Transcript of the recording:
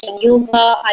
yoga